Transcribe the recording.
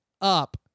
up